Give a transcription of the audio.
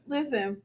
Listen